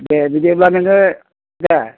दे बिदिब्ला नोङो दे